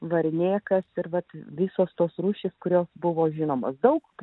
varnėkas ir bet visos tos rūšys kurios buvo žinoma daug